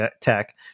tech